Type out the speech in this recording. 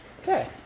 Okay